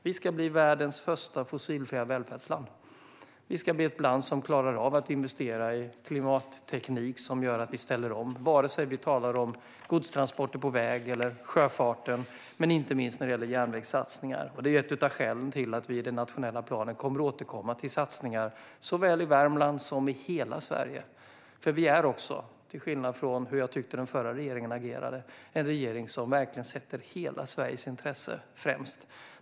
Vi ska bli världens första fossilfria välfärdsland. Vi ska bli ett land som klarar av att investera i klimatteknik, som gör att vi ställer om. Så är det oavsett om vi talar om godstransporter på väg eller om sjöfarten. Inte minst gäller det järnvägssatsningar. Det är ett av skälen till att vi i den nationella planen kommer att återkomma till satsningar såväl i Värmland som i hela Sverige. Vi är nämligen, till skillnad från hur jag tyckte att den förra regeringen agerade, en regering som verkligen sätter hela Sveriges intressen främst.